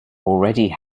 already